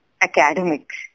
academics